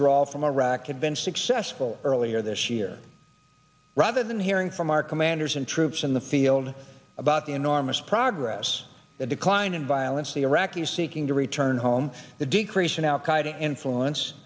draw from iraq had been successful earlier this year rather than hearing from our commanders and troops in the field about the enormous progress the decline in violence the iraqis seeking to return home the decrease in al qaeda influence